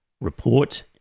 report